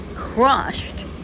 crushed